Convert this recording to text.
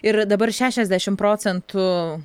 ir dabar šešiasdešim procentų